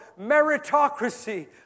meritocracy